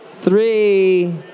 three